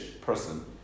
person